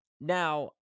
Now